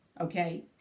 Okay